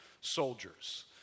soldiers